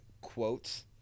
quotes